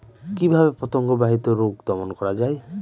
কিভাবে পতঙ্গ বাহিত রোগ দমন করা যায়?